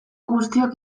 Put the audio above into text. guztiok